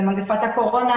במגיפת הקורונה,